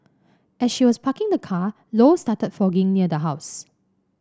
as she was parking the car Low started fogging near the house